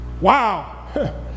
Wow